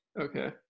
Okay